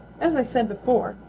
as i said before,